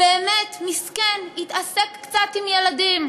באמת מסכן, התעסק קצת עם ילדים,